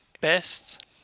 Best